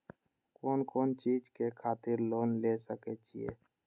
कोन कोन चीज के खातिर लोन ले सके छिए?